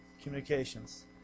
communications